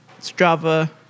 Strava